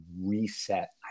reset